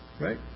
right